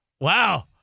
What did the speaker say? Wow